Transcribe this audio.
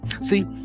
See